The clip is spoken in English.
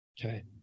Okay